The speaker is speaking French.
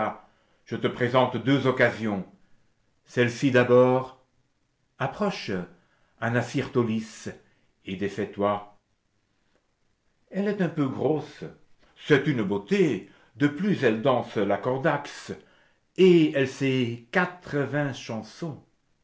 je te présente deux occasions celle-ci d'abord approche anasyrtolis et défais toi elle est un peu grosse c'est une beauté de plus elle danse la kordax et elle sait quatre-vingts chansons